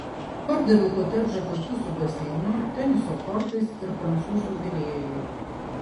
pardaviau kotedžą kartu su baseinu teniso kortais ir prancūzų virėju